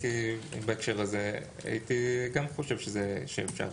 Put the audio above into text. בהקשר הזה אני הייתי גם חושב שאפשר.